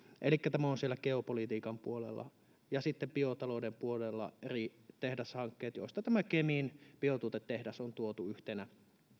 elikkä tämä on siellä geopolitiikan puolella ja sitten biotalouden puolella ovat eri tehdashankkeet joista kemin biotuotetehdas on tuotu yhtenä